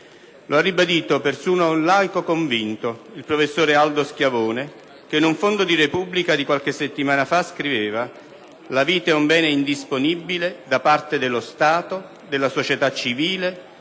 Lo ha ribadito persino un laico convinto, il professor Aldo Schiavone, che in un fondo del quotidiano «la Repubblica» di qualche settimana fa scriveva che «La vita è un bene indisponibile da parte dello Stato, della società civile,